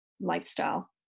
lifestyle